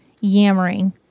yammering